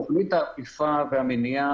תכנית האכיפה והמניעה